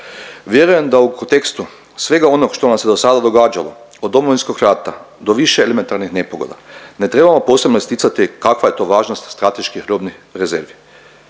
Vjerujem da u kontekstu svega onoga što nam se dosada događalo od Domovinskog rata do više elementarnih nepogoda ne trebamo posebno isticati kakva je to važnost strateških robnih rezervi.